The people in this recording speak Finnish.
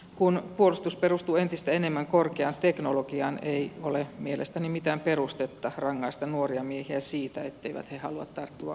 kun puolustus perustuu entistä enemmän korkeaan teknologiaan ei ole mielestäni mitään perustetta rangaista nuoria miehiä siitä etteivät he halua tarttua aseisiin